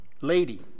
lady